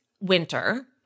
winter